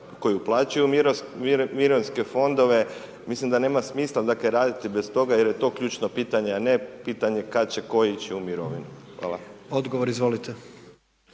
koji uplaćuju u mirovinske fondove. Mislim da nema smisla raditi bez toga jer je to ključno pitanje a ne pitanje kad će tko ići u mirovinu. Hvala. **Jandroković,